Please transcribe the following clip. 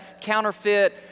counterfeit